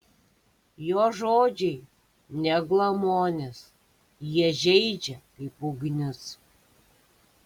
jo žodžiai ne glamonės jie žeidžia kaip ugnis